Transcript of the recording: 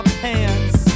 pants